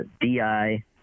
DI